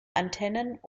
antennen